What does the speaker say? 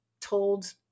told